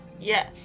Yes